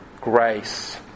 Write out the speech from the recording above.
grace